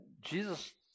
Jesus